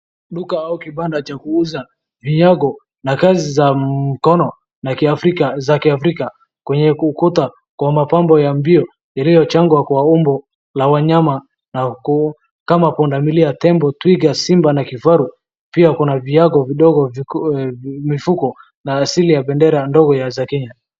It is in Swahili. Duka au kibanda cha kuuza viango na kazi za mkono za kiafrika. Kwenye ukuta kuna mapambo ya mbio iliyochongwa kwa umbo ya wanyama kama pundamilia, tembo, twiga, simba na kifaru. Pia kuna viango vidongo, mifuko na asili ya bendera ndogo za Kenya.